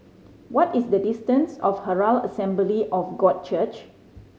what is the distance to Herald Assembly of God Church